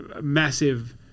massive